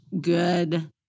good